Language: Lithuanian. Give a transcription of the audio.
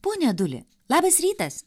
pone aduli labas rytas